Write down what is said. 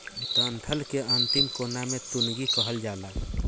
डंठल के अंतिम कोना के टुनगी कहल जाला